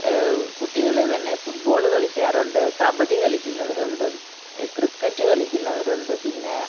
കുട്ടികൾ തന്നെ ഫുട്ബോള് കളിക്കാറുണ്ട് കബഡി കളിക്കുന്നവർ ഉണ്ട് ക്രിക്കറ്റ് കളിക്കുന്നവരുണ്ട് പിന്നെ